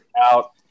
out